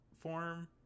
form